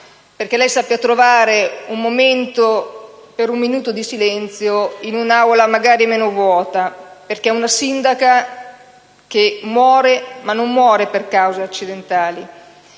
perché lei sappia trovare un momento per un minuto di silenzio in un'Aula magari meno vuota. Si tratta, infatti, di una sindaca che muore, ma non per cause accidentali.